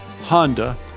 Honda